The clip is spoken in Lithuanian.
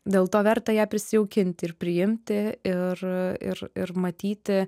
dėl to verta ją prisijaukinti ir priimti ir ir ir matyti